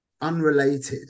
unrelated